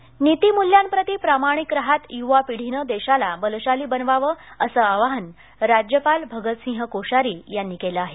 पदवीदान नीतीमुल्यांप्रती प्रामाणिक राहत युवापिढीनं देशाला बलशाली बनवावं असं आवाहन राज्यपाल भगतसिंह कोश्यारी यांनी केलं आहे